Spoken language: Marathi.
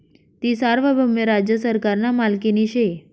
ती सार्वभौम राज्य सरकारना मालकीनी शे